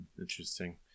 Interesting